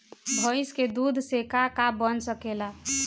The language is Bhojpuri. भइस के दूध से का का बन सकेला?